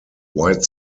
white